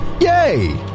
yay